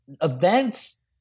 events